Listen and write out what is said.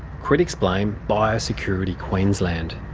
critics blame biosecurity queensland.